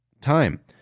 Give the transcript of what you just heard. time